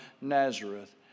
Nazareth